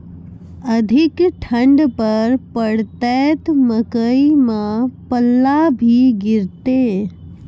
अधिक ठंड पर पड़तैत मकई मां पल्ला भी गिरते?